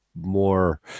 more